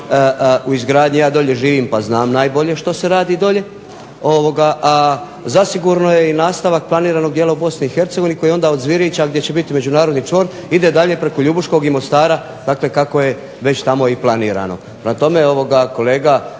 u izgradnji. Ja dolje živim pa znam najbolje što se radi dolje. A zasigurno je i nastavak planiranog dijela u Bosni i Hercegovini koji onda od Zvirića gdje će biti međunarodni čvor ide dalje preko Ljubuškog i Mostara, dakle kako je već tamo i planirano. Prema tome kolega